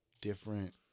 different